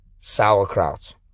sauerkraut